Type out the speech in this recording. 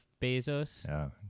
Bezos